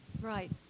Right